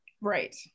right